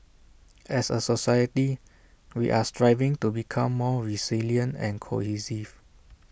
as A society we are striving to become more resilient and cohesive